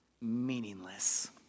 meaningless